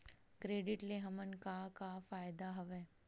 Credit ले हमन का का फ़ायदा हवय?